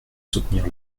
soutenir